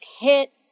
hit